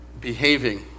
behaving